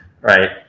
right